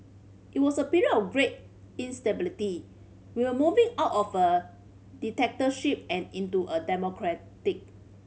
it was a period of great instability we were moving out of a dictatorship and into a democracy